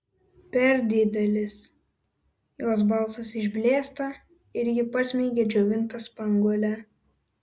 per didelis jos balsas išblėsta ir ji pasmeigia džiovintą spanguolę